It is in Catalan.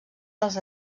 dels